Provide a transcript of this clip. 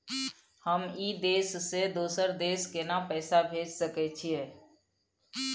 हम ई देश से दोसर देश केना पैसा भेज सके छिए?